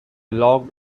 locked